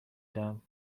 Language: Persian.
دهم